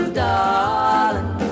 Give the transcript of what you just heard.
darling